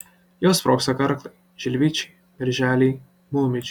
jau sprogsta karklai žilvičiai berželiai maumedžiai